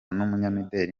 n’umunyamideli